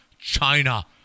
China